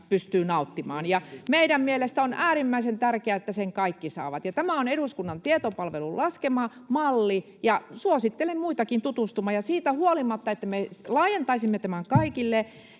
pystyy nauttimaan, ja meidän mielestämme on äärimmäisen tärkeää, että sen kaikki saavat. Tämä on eduskunnan tietopalvelun laskema malli, ja suosittelen muitakin tutustumaan. Siitä huolimatta, että me laajentaisimme tämän kaikille